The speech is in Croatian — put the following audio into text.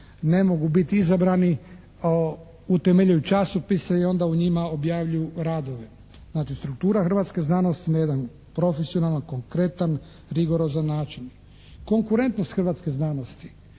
ne mogu biti izabrani utemeljuju časopise i onda u njima objavljuju radove. Znači, struktura hrvatske znanosti na jedan profesionalan, konkretan, rigorozan način. Konkurentnost hrvatske znanosti,